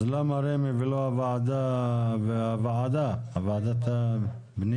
אז למה רמ"י ולא הוועדה, ועדת בנייה?